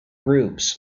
groups